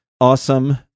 awesome